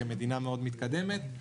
כמדינה מתקדמת מאוד.